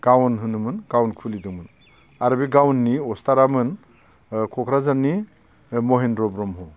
गावन होनोमोन गावन खुलिदोंमोन आरो बे गावनि अस्थादामोन क'क्राझारनि महेन्द्र ब्रह्म